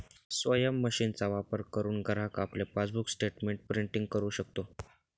स्वयम मशीनचा वापर करुन ग्राहक आपले पासबुक स्टेटमेंट प्रिंटिंग करु शकतो